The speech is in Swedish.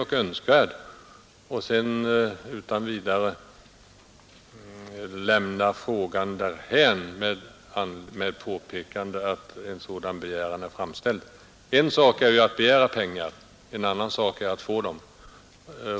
Utskottet lämnar alltså utan vidare frågan därhän med påpekande att en sådan begäran är gjord. En sak är ju att begära pengar, en annan sak är att få dem.